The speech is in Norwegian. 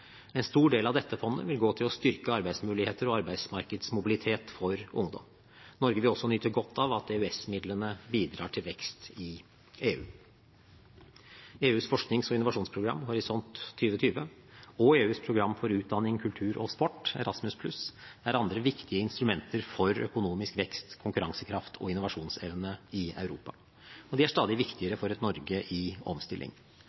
En stor del av dette fondet vil gå til å styrke arbeidsmuligheter og arbeidsmarkedsmobilitet for ungdom. Norge vil også nyte godt av at EØS-midlene bidrar til vekst i EU. EUs forsknings- og innovasjonsprogram, Horisont 2020, og EUs program for utdanning, kultur og sport, Erasmus+, er andre viktige instrumenter for økonomisk vekst, konkurransekraft og innovasjonsevne i Europa. Og de er stadig viktigere for et Norge i omstilling.